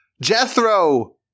Jethro